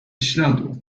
śladu